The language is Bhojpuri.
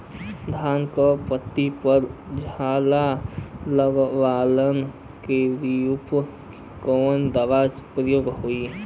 धान के पत्ती पर झाला लगववलन कियेपे कवन दवा प्रयोग होई?